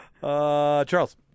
charles